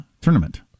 tournament